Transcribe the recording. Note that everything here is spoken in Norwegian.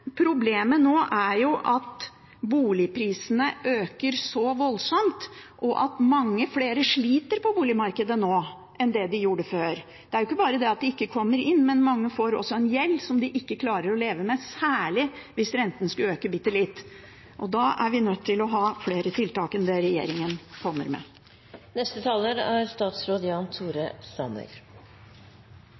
problemet nå er at boligprisene øker så voldsomt, og at mange flere sliter på boligmarkedet nå enn de gjorde før. Det er jo ikke bare at de ikke kommer inn, men mange får også en gjeld som de ikke klarer å leve med, særlig hvis renten skulle øke bitte litt, og da er vi nødt til å ha flere tiltak enn det som regjeringen kommer med. Jeg er